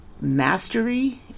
mastery